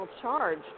charge